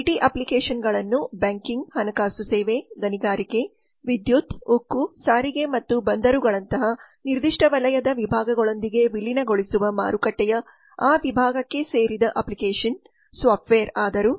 IT ಅಪ್ಲಿಕೇಶನ್ಗಳನ್ನು banking ಹಣಕಾಸು ಸೇವೆ ಗಣಿಗಾರಿಕೆ ವಿದ್ಯುತ್ ಉಕ್ಕು ಸಾರಿಗೆ ಮತ್ತು ಬಂದರುಗಳಂತಹ ನಿರ್ದಿಷ್ಟ ವಲಯದ ವಿಭಾಗಗಳೊಂದಿಗೆ ವಿಲೀನಗೊಳಿಸುವ ಮಾರುಕಟ್ಟೆಯ ಆ ವಿಭಾಗಕ್ಕೆ ಸೇರಿದ ಅಪ್ಲಿಕೇಶನ್ ಸಾಫ್ಟ್ವೇರ್ ಆದರೂ